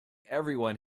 everyone